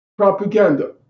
propaganda